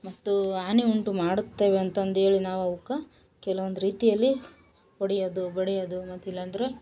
ಮತ್ತು ಹಾನಿ ಉಂಟು ಮಾಡುತ್ತವೆ ಅಂತಂದೇಳಿ ನಾವು ಅವಕ್ಕೆ ಕೆಲವೊಂದು ರೀತಿಯಲ್ಲಿ ಹೊಡಿಯೋದು ಬಡಿಯೋದು ಮತ್ತಿಲ್ಲೆಂದರೆ